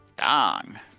Dong